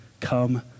come